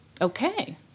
Okay